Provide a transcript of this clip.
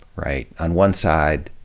right? on one side,